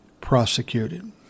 prosecuted